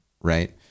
Right